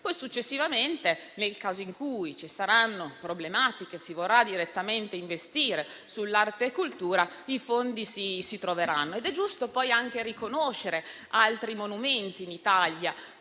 Successivamente, nel caso in cui ci saranno problematiche e si vorrà direttamente investire sull'arte e sulla cultura, i fondi si troveranno. È giusto poi anche riconoscere altri monumenti nazionali